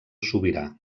sobirà